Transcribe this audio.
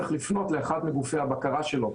צריך לפנות לאחד מגופי הבקרה שלו,